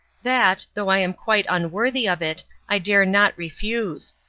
that, though i am quite unworthy of it, i dare not refuse.